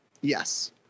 Yes